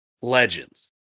Legends